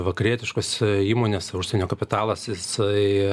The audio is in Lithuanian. vakarietiškos įmonės ir užsienio kapitalas jisai